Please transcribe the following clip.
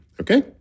Okay